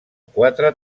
quatre